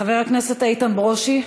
חבר הכנסת איתן ברושי.